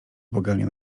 błagalnie